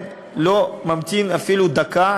לא ממתין אפילו דקה.